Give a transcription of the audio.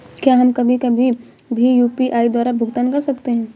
क्या हम कभी कभी भी यू.पी.आई द्वारा भुगतान कर सकते हैं?